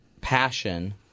passion